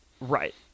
Right